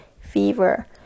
fever